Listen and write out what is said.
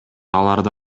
аларды